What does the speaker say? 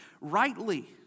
rightly